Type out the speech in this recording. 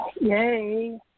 Yay